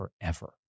forever